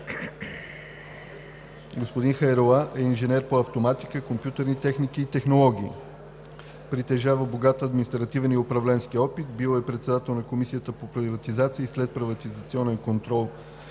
„Господин Хайрула е инженер по автоматика, компютърни техники и технологии. Притежава богат административен и управленски опит. Бил е председател на Комисията по „Приватизация, следприватизационен контрол,